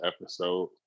episode